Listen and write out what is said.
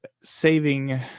saving